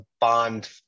Bond